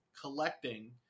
collecting